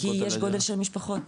לפי הגודל של המשפחות,